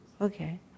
okay